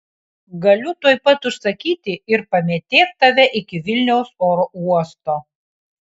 galiu tuoj pat užsakyti ir pamėtėt tave iki vilniaus oro uosto